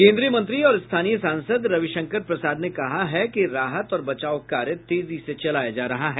केन्द्रीय मंत्री और स्थानीय सांसद रविशंकर प्रसाद ने कहा है कि राहत और बचाव कार्य तेजी से चलाया जा रहा है